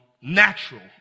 natural